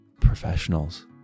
professionals